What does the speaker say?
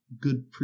good